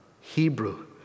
Hebrew